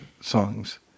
songs